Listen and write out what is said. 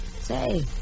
Say